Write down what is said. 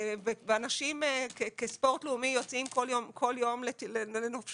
ואנשים כספורט לאומי יוצאים כל יום לנופשונים,